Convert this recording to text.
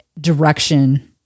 direction